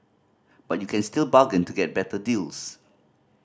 but you can still bargain to get better deals